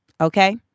okay